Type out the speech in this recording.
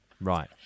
right